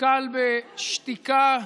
נתקל בשתיקה,